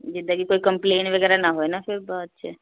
ਜਿੱਦਾਂ ਕਿ ਕੋਈ ਕੰਮਪਲੇਨ ਵਗੈਰਾ ਨਾ ਹੋਏ ਨਾ ਫਿਰ ਬਾਅਦ 'ਚ